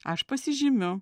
aš pasižymiu